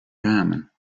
ramen